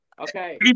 Okay